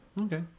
okay